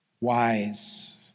wise